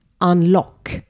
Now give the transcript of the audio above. unlock